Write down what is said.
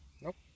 Nope